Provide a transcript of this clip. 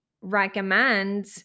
recommend